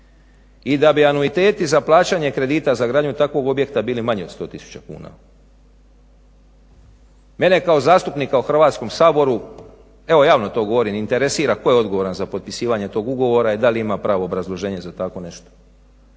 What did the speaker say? i da bi anuiteti za plaćanje kredita za gradnju takvog objekta bili manji od 100 tisuća kuna. Mene kao zastupnika u Hrvatskom saboru evo javno to govorim interesira tko je odgovoran za popisivanje tog ugovora i da li ima pravo obrazloženje za takvo nešto.